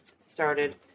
started